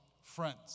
Friends